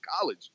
college